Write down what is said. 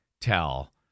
tell